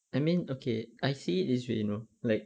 I mean okay I see it this way you know like